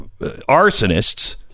arsonists